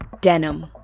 Denim